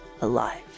alive